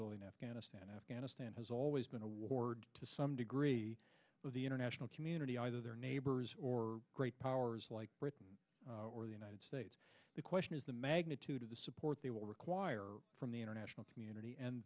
stability in afghanistan and afghanistan has always been a ward to some degree with the international community either their neighbors or great powers like britain or the united states the question is the magnitude of the support they will require from the international community and